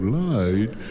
lied